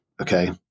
okay